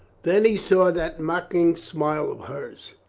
then he saw that mocking smile of hers.